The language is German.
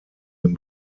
den